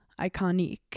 iconic